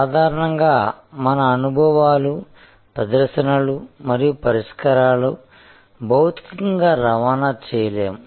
సాధారణంగా మన అనుభవాలు ప్రదర్శనలు మరియు పరిష్కారాలు భౌతికంగా రవాణా చేయలేము